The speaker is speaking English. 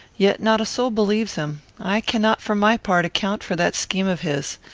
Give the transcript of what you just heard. yet not a soul believes him. i cannot for my part account for that scheme of his.